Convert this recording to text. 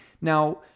Now